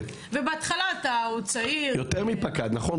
בהתחלה אתה עוד צעיר --- יותר מפקד, נכון?